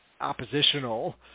oppositional